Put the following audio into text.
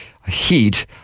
heat